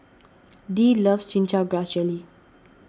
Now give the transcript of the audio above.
Dee loves Chin Chow Grass Jelly